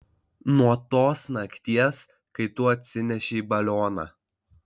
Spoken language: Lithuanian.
nuo tos nakties kai tu atsinešei balioną